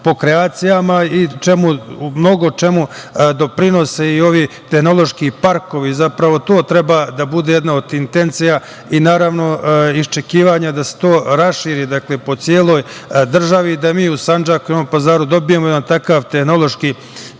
po kreacijama, i u mnogočemu doprinose i ovi tehnološki parkovi. Zapravo, to treba da bude jedna od intencija i naravno, iščekivanje da se to raširi po celoj državi, da mi u Sandžaku i Novom Pazaru dobijemo jedan takav tehnološki